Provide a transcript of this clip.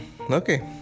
Okay